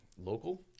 local